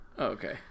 okay